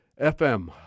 FM